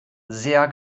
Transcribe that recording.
sehr